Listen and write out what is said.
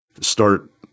start